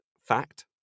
fact